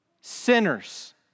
sinners